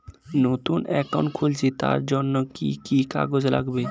নতুন অ্যাকাউন্ট খুলছি তার জন্য কি কি কাগজ লাগবে?